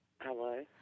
Hello